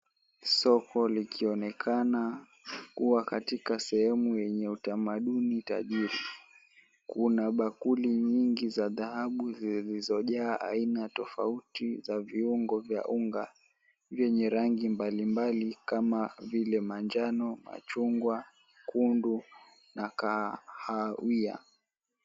Soko likionekana kuwa katika sehemu yenye utamaduni tajiri. Kuna bakuli nyingi za dhahabu zilizojaa aina tofauti za viungo vya unga vyenye rangi mbalimbali kama vile manjano, machungwa, nyekundu na kahawia.